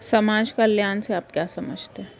समाज कल्याण से आप क्या समझते हैं?